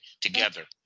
together